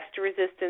resistance